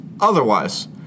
otherwise